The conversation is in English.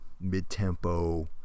mid-tempo